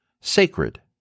sacred